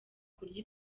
kurya